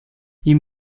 ihm